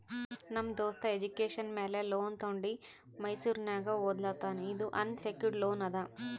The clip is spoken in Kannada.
ನಮ್ ದೋಸ್ತ ಎಜುಕೇಷನ್ ಮ್ಯಾಲ ಲೋನ್ ತೊಂಡಿ ಮೈಸೂರ್ನಾಗ್ ಓದ್ಲಾತಾನ್ ಇದು ಅನ್ಸೆಕ್ಯೂರ್ಡ್ ಲೋನ್ ಅದಾ